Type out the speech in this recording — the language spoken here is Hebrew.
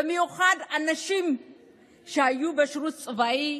במיוחד אנשים שהיו בשירות צבאי.